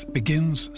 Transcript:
begins